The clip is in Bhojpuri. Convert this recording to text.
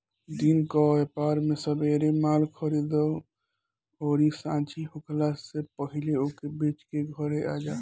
दिन कअ व्यापार में सबेरे माल खरीदअ अउरी सांझी होखला से पहिले ओके बेच के घरे आजा